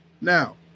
Now